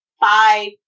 five